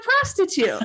prostitute